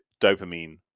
dopamine